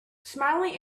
smiling